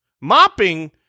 mopping